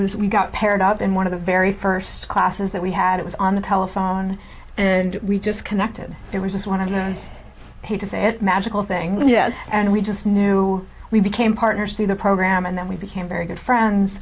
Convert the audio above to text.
was we got paired up in one of the very first classes that we had it was on the telephone and we just connected it was just one of those pages there magical thing you know and we just knew we became partners through the program and then we became very good friends